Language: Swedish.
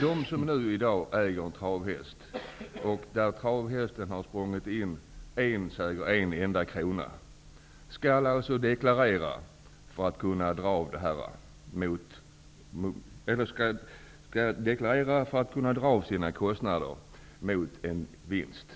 De som i dag äger en travhäst, som dragit in en enda krona, måste deklarera för att kunna dra av sina kostnader mot denna ''vinst''.